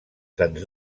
sens